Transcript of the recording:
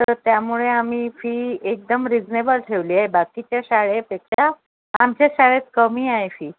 तर त्यामुळे आम्ही फी एकदम रिजनेबल ठेवली आहे बाकीच्या शाळेपेक्षा आमच्या शाळेत कमी आहे फी